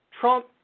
Trump